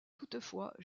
toutefois